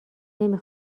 نمی